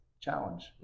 challenge